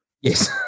yes